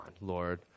Lord